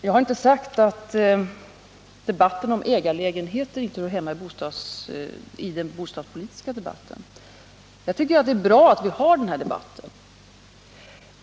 Jag har inte sagt att debatten om ägarlägenheter inte hör hemma i den bostadspolitiska debatten. Jag tycker det är bra att vi har den här debatten.